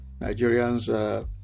Nigerians